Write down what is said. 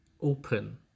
open